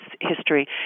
history